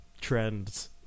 trends